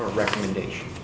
for recommendations